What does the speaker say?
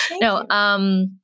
No